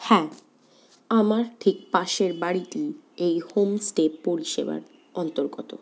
হ্যাঁ আমার ঠিক পাশের বাড়িটি এই হোমস্টে পরিষেবার অন্তর্গত